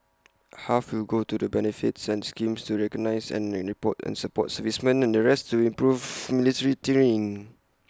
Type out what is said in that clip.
half will go to the benefits and schemes to recognise and rainy port and support servicemen and the rest to improving military training